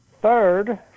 third